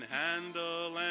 handle